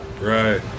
right